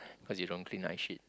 cause you don't clean nice shit